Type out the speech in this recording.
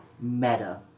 meta